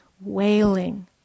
wailing